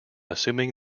assuming